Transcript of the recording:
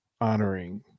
honoring